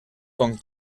con